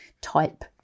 type